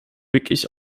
wirklich